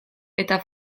eta